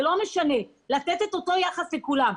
זה לא משנה, צריך לתת את אותו יחס לכולם.